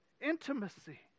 intimacy